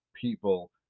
people